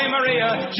Maria